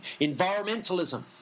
Environmentalism